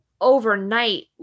overnight